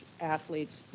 athletes